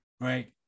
right